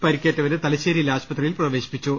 പരിക്കേറ്റവരെ തലശ്ശേരിയിലെ ആശുപത്രിയിൽ പ്രവേശിപ്പി ച്ചു